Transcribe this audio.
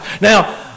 Now